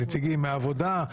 עם נציגים מהעבודה,